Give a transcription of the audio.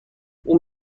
اون